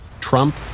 Trump